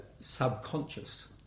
subconscious